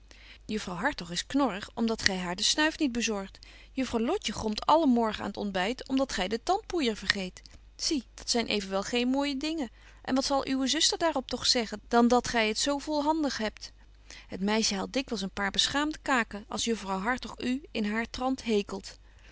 juffrouw hartog is knorrig om dat gy haar de snuif niet bezorgt juffrouw lotje gromt alle morgen aan het ontbyt om dat gy de tandpoeier vergeet zie dat zyn evenwel geen mooije dingen en wat zal uwe zuster daar op toch zeggen dan dat gy het zo volhandig hebt het meisje haalt dikwyls een paar beschaamde kaken als juffrouw hartog u in haar trant hekelt